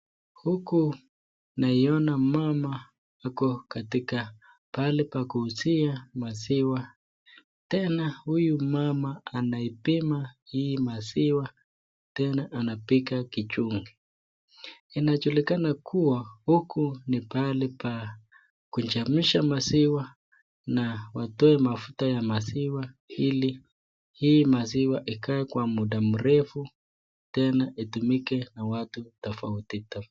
Huku naiona mama ako pale pa kuuzia maizwa. Tena huyu mama anaipima hii maziwa tena anapiga kijungi. Inajulikana kuwa huku ni pahali pakuijemsha maziwa na watoe mafuta ya maziwa ili hii maziwa ikae kwa muda mrefu tena itumike na watu tofauti tofauti.